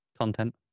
content